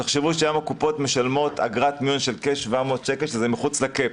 תחשבו שהיום הקופות משלמות אגרת מיון של כ-700 שקל שזה מחוץ לקאפ,